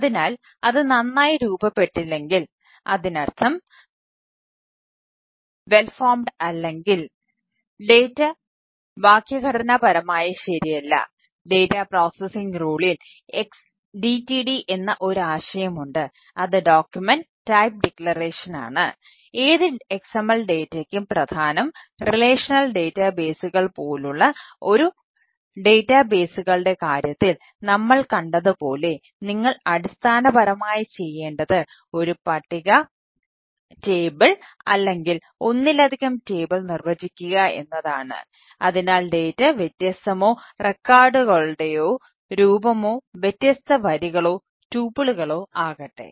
അതിനാൽ അത് well formed ആകട്ടെ